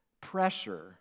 pressure